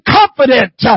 confident